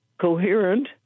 coherent